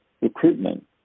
recruitment